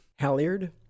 Halyard